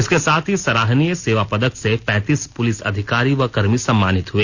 इसके साथ ही सराहनीय सेवा पदक से पैंतीस पुलिस अधिकारी व कर्मी सम्मानित हुए